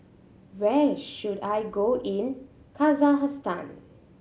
where should I go in Kazakhstan